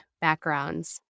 backgrounds